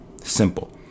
simple